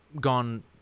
gone